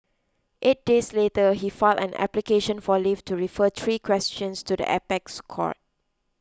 eight days later he filed an application for leave to refer three questions to the apex court